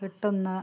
കിട്ടുന്ന